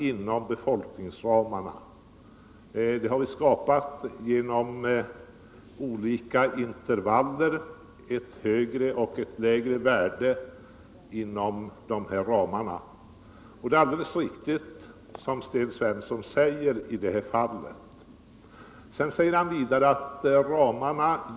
Ett sådant har vi skapat i olika intervaller genom ett högre och ett lägre värde inom ramarna, och vad Sten Svensson i det avseendet sade är alldeles riktigt.